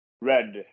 red